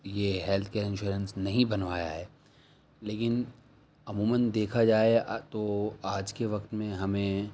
یہ health care insurance نہیں بنوایا ہے لیکن عموماََ دیکھا جائے تو آج کے وقت میں ہمیں